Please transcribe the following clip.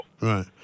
Right